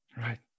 Right